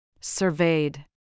Surveyed